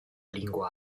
lingua